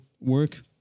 work